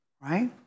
right